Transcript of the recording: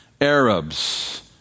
Arabs